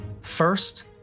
First